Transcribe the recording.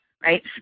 right